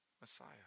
Messiah